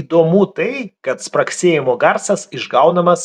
įdomu tai kad spragsėjimo garsas išgaunamas